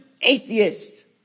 atheist